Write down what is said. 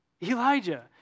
Elijah